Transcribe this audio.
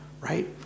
right